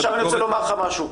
אני רוצה לומר לך משהו.